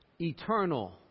Eternal